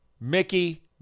Mickey